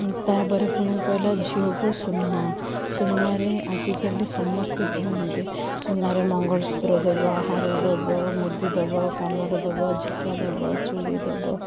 ତା'ପରେ ପୁଣି କହିଲା ଝିଅକୁ ସୁନା ସୁନାରେ ଆଜିକାଲି ସମସ୍ତେ ଦିଅନ୍ତି ସୁନାରେ ମଙ୍ଗଳସୂତ୍ର ଦବ ହାର ଦବ ମୁଦି ଦବ କାନର ଦବ ଝିକା ଦବ ଚୁଡ଼ି ଦବ